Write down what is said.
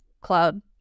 cloud